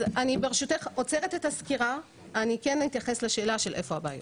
אז ברשותך אני עוצרת את הסקירה ואני אתייחס לשאלה של איפה הבעיות.